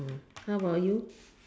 how about you